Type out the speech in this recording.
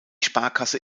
sparkasse